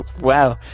Wow